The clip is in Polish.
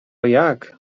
jak